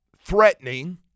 threatening